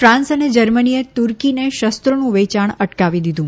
France અને જર્મનીએ તૂર્કીને શસ્ત્રોનું વેચાણ અટકાવી દીધું